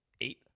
Eight